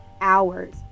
hours